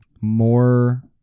more